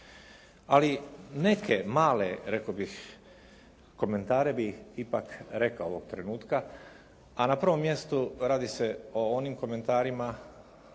ali neke male rekao bih komentare bih ipak rekao ovog trenutka. A na prvom mjestu radi se o onim komentarima